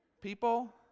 people